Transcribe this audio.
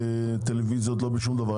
בטלוויזיות ובשום דבר.